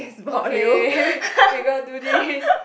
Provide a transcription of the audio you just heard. okay we gonna do this